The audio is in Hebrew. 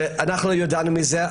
אנחנו ידענו מזה,